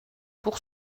pour